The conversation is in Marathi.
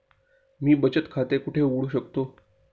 मी बचत खाते कुठे उघडू शकतो?